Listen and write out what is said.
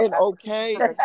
okay